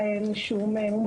זה יום מבורך,